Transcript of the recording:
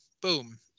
boom